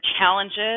challenges